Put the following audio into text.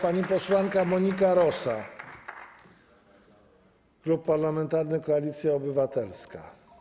Pani posłanka Monika Rosa, Klub Parlamentarny Koalicja Obywatelska.